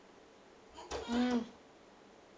mm